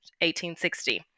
1860